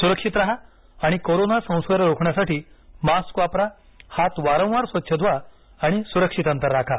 सुक्षित राहा आणि कोरोना संसर्ग रोखण्यासाठी मास्क वापरा हात वारंवार स्वच्छ धुवा आणि सुरक्षित अंतर राखा